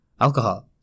alcohol